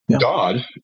God